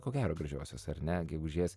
ko gero gražiosios ar ne gegužės